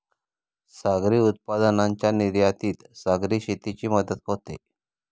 सागरी उत्पादनांच्या निर्यातीत सागरी शेतीची मदत होते